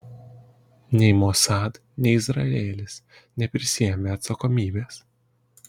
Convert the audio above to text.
nei mossad nei izraelis neprisiėmė atsakomybės